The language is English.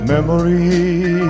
Memories